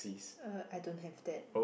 uh I don't have that